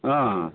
ହଁ